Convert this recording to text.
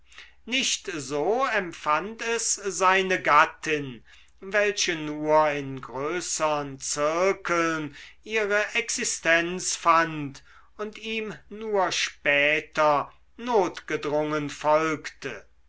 nicht so empfand es seine gattin welche nur in größern zirkeln ihre existenz fand und ihm nur später notgedrungen folgte